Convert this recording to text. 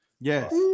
Yes